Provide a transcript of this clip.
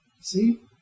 See